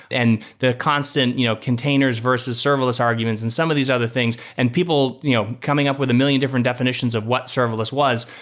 and the constant you know containers versus serverless arguments and some of these other things, and people you know coming up with a million different definitions of what serverless was.